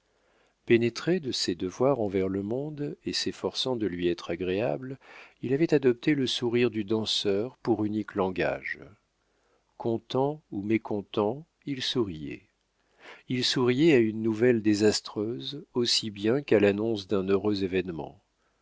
pénétré de ses devoirs envers le monde et s'efforçant de lui être agréable il avait adopté le sourire du danseur pour unique langage content ou mécontent il souriait il souriait à une nouvelle désastreuse aussi bien qu'à l'annonce d'un heureux événement